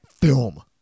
film